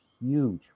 huge